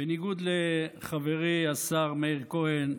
בניגוד לחברי השר מאיר כהן,